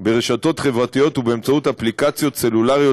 ברשתות חברתיות ובאמצעות אפליקציות סלולריות